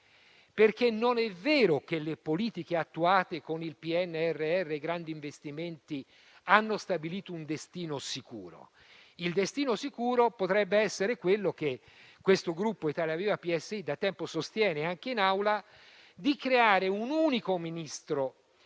vero, infatti, che le politiche attuate con il PNRR e con i grandi investimenti abbiano stabilito un destino sicuro. Il destino sicuro potrebbe essere quello che questo Gruppo (Italia Viva-PSI) da tempo sostiene anche in Assemblea, e cioè creare un unico ministro